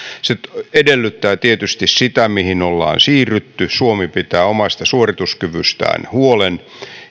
se edellyttää tietysti sitä mihin ollaan siirrytty että suomi pitää omasta suorituskyvystään huolen